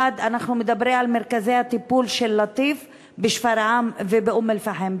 אנחנו מדברים במיוחד על מרכזי הטיפול של "לטיף" בשפרעם ובאום-אלפחם,